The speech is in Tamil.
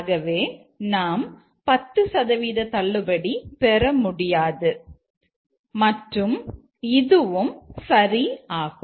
ஆகவே நாம் 10 சதவீத தள்ளுபடி பெற முடியாது மற்றும் இதுவும் சரி ஆகும்